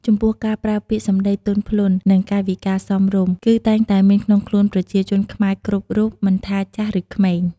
ចំពោះការប្រើពាក្យសម្ដីទន់ភ្លន់ និងកាយវិការសមរម្យ គឺតែងតែមានក្នុងខ្លួនប្រជាជនខ្មែរគ្រប់រូបមិនថាចាស់ឬក្មេង។